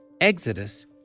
Exodus